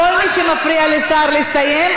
כל מי שמפריע לשר לסיים,